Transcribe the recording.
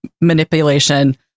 manipulation